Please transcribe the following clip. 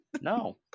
No